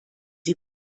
sie